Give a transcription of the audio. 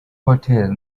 hotel